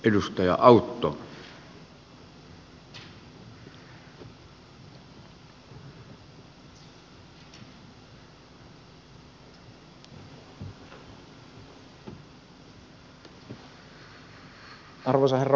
arvoisa herra puhemies